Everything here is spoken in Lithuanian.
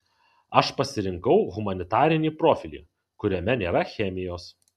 aš pasirinkau humanitarinį profilį kuriame nėra chemijos